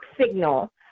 signal